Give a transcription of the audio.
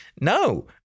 no